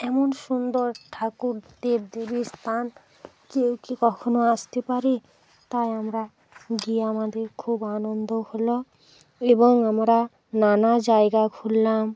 এমন সুন্দর ঠাকুর দেব দেবীর স্থান কেউ কী কখনও আসতে পারে তাই আমরা গিয়ে আমাদের খুব আনন্দ হল এবং আমরা নানা জায়গা ঘুরলাম